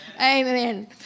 Amen